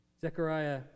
Zechariah